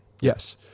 yes